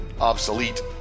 obsolete